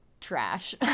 trash